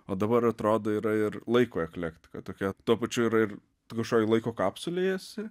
o dabar atrodo yra ir laiko eklektika tokia tuo pačiu yra ir tu kažkokioj laiko kapsulėj esi